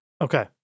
Okay